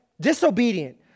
Disobedient